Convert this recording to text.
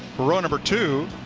row number two,